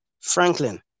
Franklin